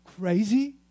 crazy